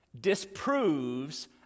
disproves